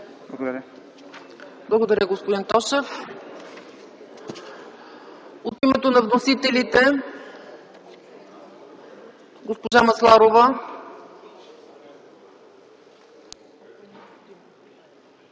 ЦАЧЕВА : Благодаря, господин Тошев. От името на вносителите? Госпожа Масларова.